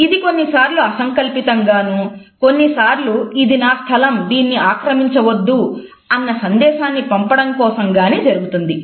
ఇది కొన్నిసార్లు అసంకల్పితంగానూ కొన్నిసార్లు 'ఇది నా స్థలం దీన్ని ఆక్రమించ వద్దు' అన్న సందేశాన్ని పంపడం కోసం గాని జరుగుతుంది